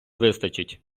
вистачить